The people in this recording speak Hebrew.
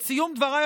את סיום דבריי,